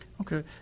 Okay